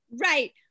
right